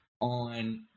on